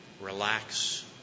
relax